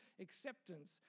acceptance